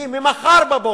כי ממחר בבוקר,